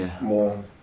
more